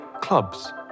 clubs